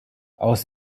aus